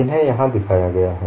इन्हें यहाँ दिखाया गया है